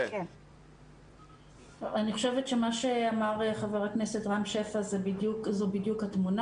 אני חושבת שמה שאמר חבר הכנסת רם שפע זו בדיוק התמונה.